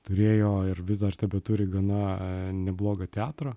turėjo ir vis dar tebeturi gana neblogą teatrą